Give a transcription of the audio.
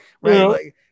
Right